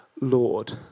Lord